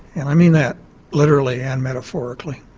and i mean that literally and metaphorically.